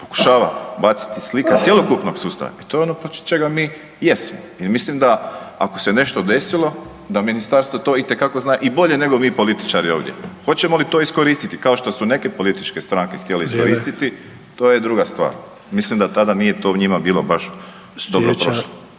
pokušava baciti slika cjelokupnog sustava, pa to je ono protiv čega mi jesmo i mislim da ako se nešto desilo da ministarstvo to itekako zna i bolje nego mi političari ovdje. Hoćemo li to iskoristiti kao što su neke političke stranke htjele iskoristiti to je druga stvar. Mislim da tada nije to njima bilo baš dobro prošlo.